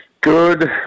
Good